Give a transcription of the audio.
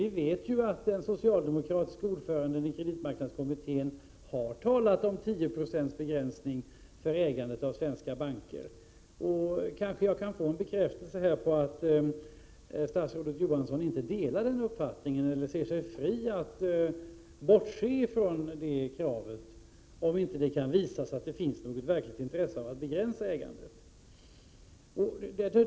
Vi vet ju att den socialdemokratiske ordföranden i kreditmarknadskommittén har talat om 10 26 begränsning för ägandet av svenska banker. Kanske jag här kan få en bekräftelse på att statsrådet Johansson inte delar den uppfattningen eller ser sig fri att bortse från de kraven, om det inte kan visas att det finns ett verkligt intresse att begränsa ägandet.